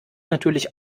natürlich